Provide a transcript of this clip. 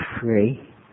free